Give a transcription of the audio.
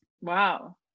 Wow